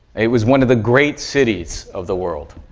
it was one of the great cities of the world.